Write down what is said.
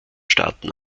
staaten